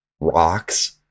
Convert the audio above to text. rocks